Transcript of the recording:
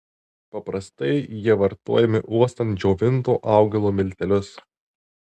paprastai jie vartojami uostant džiovinto augalo miltelius